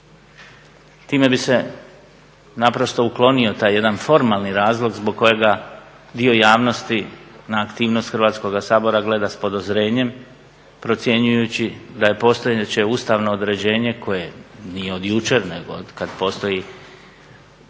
Time bi se naprosto uklonio taj jedan formalni razlog zbog kojega dio javnosti na aktivnost Hrvatskoga sabora gleda s podozrenjem procjenjujući da je postojeće ustavno određenje koje nije od jučer nego od kad postoji Ustav